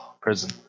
prison